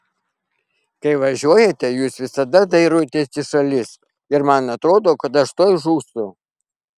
kai važiuojate jūs visada dairotės į šalis ir man atrodo kad aš tuoj žūsiu